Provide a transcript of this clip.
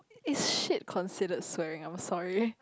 is shit considered swearing I'm sorry